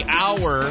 hour